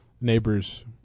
neighbors